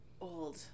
old